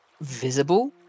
visible